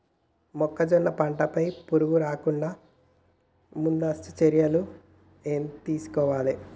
మొక్కజొన్న పంట పై పురుగు రాకుండా ముందస్తు చర్యలు ఏం తీసుకోవాలి?